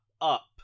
up